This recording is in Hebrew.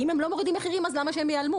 אם הם לא מורידים מחירים אז למה שהם ייעלמו?